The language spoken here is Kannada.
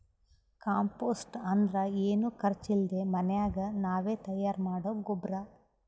ಕಾಂಪೋಸ್ಟ್ ಅಂದ್ರ ಏನು ಖರ್ಚ್ ಇಲ್ದೆ ಮನ್ಯಾಗೆ ನಾವೇ ತಯಾರ್ ಮಾಡೊ ಗೊಬ್ರ